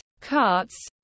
carts